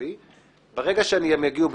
ברגע שהם יגיעו,